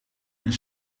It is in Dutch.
een